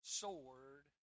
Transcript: sword